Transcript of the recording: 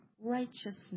righteousness